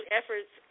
efforts